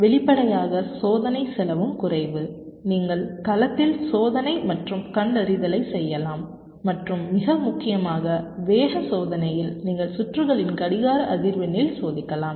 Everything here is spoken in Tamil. வெளிப்படையாக சோதனை செலவும் குறைவு நீங்கள் களத்தில் சோதனை மற்றும் கண்டறிதலைச் செய்யலாம் மற்றும் மிக முக்கியமாக வேக சோதனையில் நீங்கள் சுற்றுகளின் கடிகார அதிர்வெண்ணில் சோதிக்கலாம்